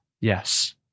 Yes